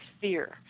fear